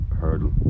hurdle